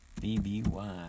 BBY